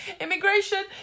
Immigration